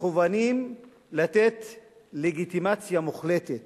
מכוונים לתת לגיטימציה מוחלטת